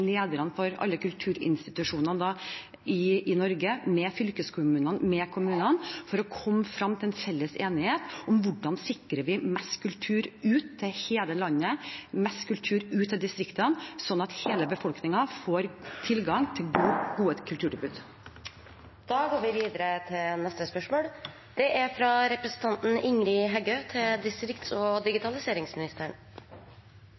lederne for alle kulturinstitusjonene i Norge, med fylkeskommunene, med kommunene, for å komme frem til en felles enighet om hvordan vi sikrer mest kultur ut til hele landet, mest kultur ut til distriktene, sånn at hele befolkningen får tilgang til gode kulturtilbud. Eg vil òg starta med å gratulera statsråden med ny statsrådspost. «Kva plan har statsråden for å sikre mobiltelefondekning og